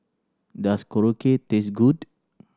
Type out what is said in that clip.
does Korokke taste good